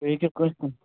تُہۍ ہیٚکِو کٲنٛسہِ تہِ